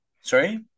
Sorry